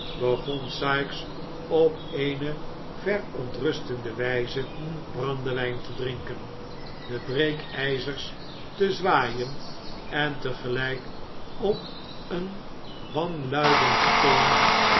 begon sikes op eene verontrustende wijze brandewijn te drinken de breekijzers te zwaaien en tegelijk op een wanluidenden toon